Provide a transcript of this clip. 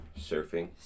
Surfing